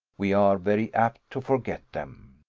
we are very apt to forget them.